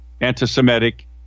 anti-Semitic